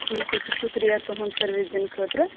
ٹھِیٖک حظ چھُ شُکرِیہ تُہُنٛد سٔروِس دِنہٕ خٲطرٕ